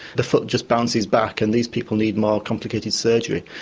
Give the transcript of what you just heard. the foot just bounces back and these people need more complicated surgery.